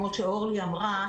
כמו שאורלי אמרה,